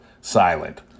silent